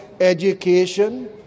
education